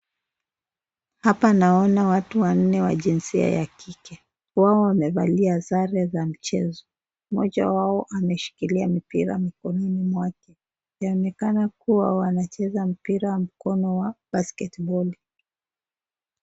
Apa naona watu wanne wa jensia ya kike ,wao wamevalia sare za mchezo ,mmoja wao ameshikilia mipira mikononi mwake ,yaonekana kuwa wanacheza mpira mkono wa basketball .